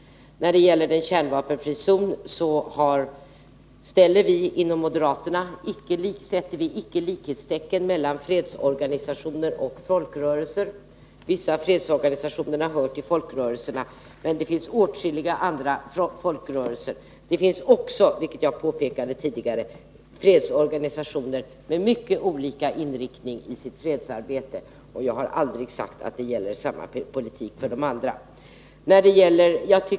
När det gäller kravet på en kärnvapenfri zon sätter vi moderater icke likhetstecken mellan fredsorganisationer och folkrörelser. Vissa fredsorganisationer hör till folkrörelserna, men det finns åtskilliga andra folkrörelser. Det finns också, vilket jag påpekade tidigare, fredsorganisationer med mycket olika inriktning i sitt fredsarbete. Och jag har aldrig sagt att samma politik gäller för dem alla.